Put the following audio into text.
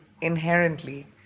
inherently